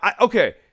Okay